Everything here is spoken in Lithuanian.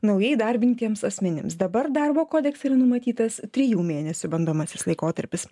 naujai įdarbintiems asmenims dabar darbo kodekse yra numatytas trijų mėnesių bandomasis laikotarpis